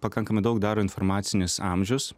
pakankamai daug daro informacinis amžius